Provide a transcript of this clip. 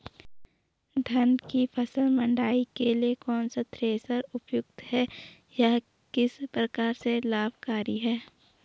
धान की फसल मड़ाई के लिए कौन सा थ्रेशर उपयुक्त है यह किस प्रकार से लाभकारी है?